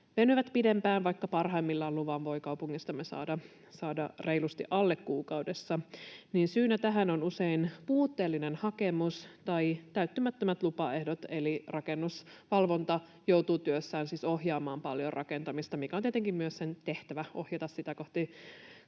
venyvät pidempään, vaikka parhaimmillaan luvan voi kaupungistamme saada reilusti alle kuukaudessa. Syynä tähän on usein puutteellinen hakemus tai täyttymättömät lupaehdot, eli rakennusvalvonta joutuu työssään siis paljon ohjaamaan rakentamista, mikä on tietenkin myös sen tehtävä, ohjata sitä kohti lain